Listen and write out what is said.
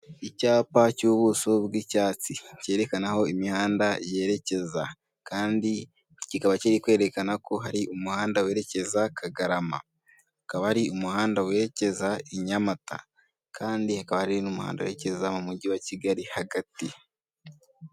Icyapa cy'ubuso bw'icyatsi, cyerekana aho imihanda yerekeza kandi kikaba kiri kwerekana ko hari umuhanda werekeza Kagarama, hakaba hari umuhanda werekeza i Nyamata kandi hakaba hari n'umuhanda werekeza mu mujyi wa Kigali hagati.